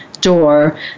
door